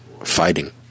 fighting